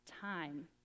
time